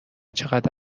چقد